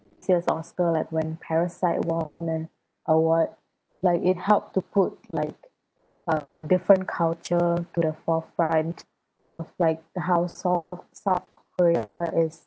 this year's oscar like when parasite won an award like it helped to put like a different culture to the forefront of like the south korea is